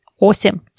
Awesome